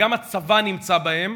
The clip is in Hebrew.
וגם הצבא נמצא בהם,